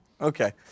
Okay